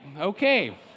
Okay